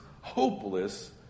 hopeless